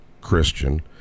Christian